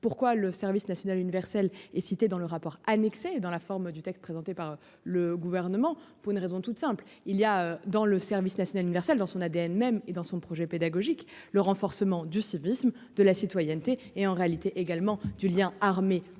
Pourquoi le service national universel et cité dans le rapport annexé dans la forme du texte présenté par le gouvernement pour une raison toute simple, il y a dans le service national universel dans son ADN même et dans son projet pédagogique. Le renforcement du civisme de la citoyenneté et en réalité également du lien armée